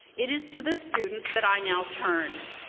it is to the students that i now turn.